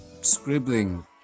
scribbling